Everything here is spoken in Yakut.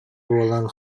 буолан